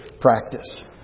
practice